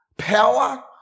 power